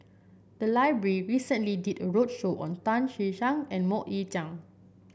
the library recently did a roadshow on Tan Che Sang and MoK Ying Jang